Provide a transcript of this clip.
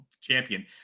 champion